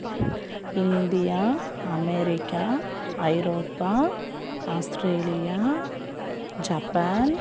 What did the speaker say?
India America ஐரோப்பா Australia Japan